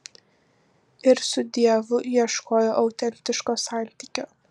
ir su dievu ieškojo autentiško santykio